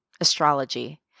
astrology